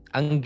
Ang